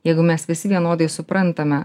jeigu mes visi vienodai suprantame